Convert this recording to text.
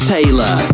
Taylor